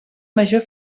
major